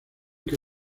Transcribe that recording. que